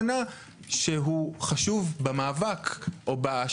זה עשרות ארגזים ואתה לא יכול לטעות בשקית.